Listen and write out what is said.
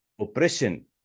oppression